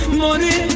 money